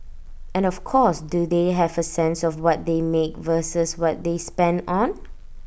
and of course do they have A sense of what they make versus what they spend on